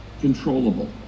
controllable